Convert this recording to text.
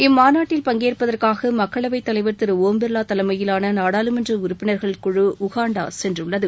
இம்மாநாட்டில் பங்கேற்பதாக மக்களவை தலைவர் திரு ஓம் பிர்வா தலைமையிலான நாடாளுமன்ற உறுப்பினர்கள் குழு உகாண்டா சென்றுள்ளது